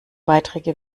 beiträge